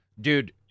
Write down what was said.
dude